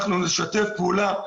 אנחנו נשתף פעולה.